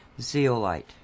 zeolite